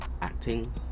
acting